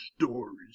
stories